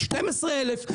על 12,000,